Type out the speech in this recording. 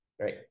right